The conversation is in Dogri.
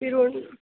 फिर